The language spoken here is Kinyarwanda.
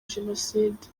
jenoside